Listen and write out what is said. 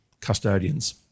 custodians